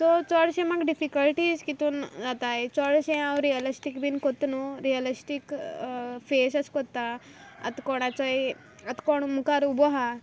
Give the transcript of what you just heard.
so चोडशे म्हाक difficulties कितून जाताय चोडशें हांव रिअलिस्टीक बीन कोत्त न्हू रिअलिस्टीक फेस अेश कोत्तां आत कोणाचोय आत कोण मुखार उबो हा